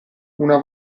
una